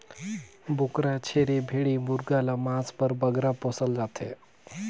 बोकरा, छेरी, भेंड़ी मुरगा ल मांस बर बगरा पोसल जाथे